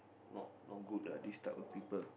not not good ah this type of people